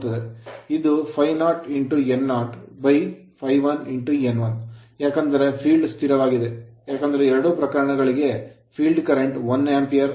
ಇದು ∅0n0 ∅1n1 ಏಕೆಂದರೆ field ಕ್ಷೇತ್ರವು ಸ್ಥಿರವಾಗಿದೆ ಏಕೆಂದರೆ ಎರಡೂ ಪ್ರಕರಣಗಳ ಕ್ಷೇತ್ರ current ಕರೆಂಟ್ 1 Ampere ಆಂಪಿಯರಗಿದೆ